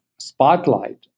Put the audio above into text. spotlight